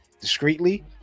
discreetly